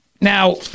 Now